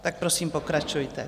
Tak prosím pokračujte.